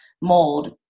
mold